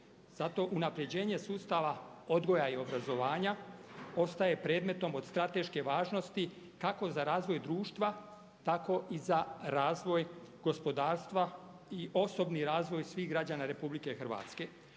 Zato unapređenje sustava odgoja i obrazovanja ostaje predmetom od strateške važnosti kako za razvoj društva tako i za razvoj gospodarstva i osobni razvoj svih građana RH. Ovdje